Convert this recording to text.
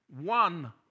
one